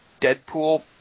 Deadpool